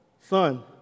son